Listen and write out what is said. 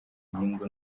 inyungu